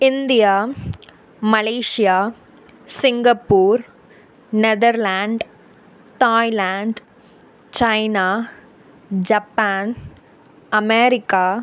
India Malaysia Singapore Netherland Thailand China Japan America